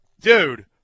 Dude